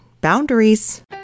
boundaries